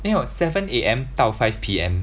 没有 seven A_M 到 five P_M